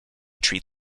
treat